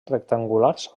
rectangulars